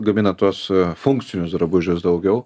gamina tuos funkcinius drabužius daugiau